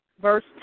Verse